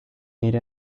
nire